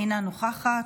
אינה נוכחת,